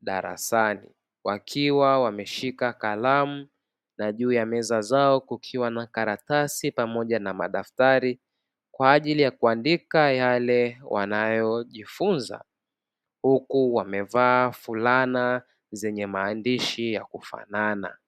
darasani, wakiwa wameshika kalamu na juu ya meza zao, kukiwa na karatasi pamoja na madaftari kwa ajili ya kuandika yale wanayo jifunza huku wamevaa fulana zenye maandishi ya kufanana.